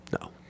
No